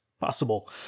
possible